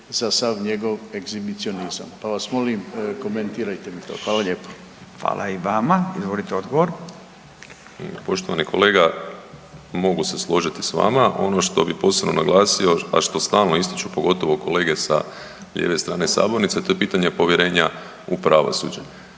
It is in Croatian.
za sav njegov egzibicionizam, pa vas molim komentirajte mi to. Hvala lijepo. **Radin, Furio (Nezavisni)** Hvala i vama. Izvolite, odgovor. **Habijan, Damir (HDZ)** Poštovani kolega, mogu se složiti s vama, ono što bi posebno naglasio a što stalno ističu, pogotovo kolege sa lijeve strane sabornice a to je pitanje povjerenja u pravosuđe.